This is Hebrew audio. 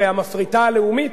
הרי המפריטה הלאומית,